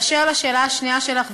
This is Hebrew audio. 2. באשר לשאלה השנייה שלך,